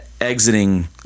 exiting